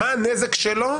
מה הנזק שלו?